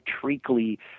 treacly